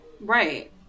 right